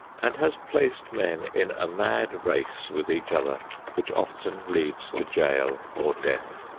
and has placed men in a mad race with each other which often leads to jail or death.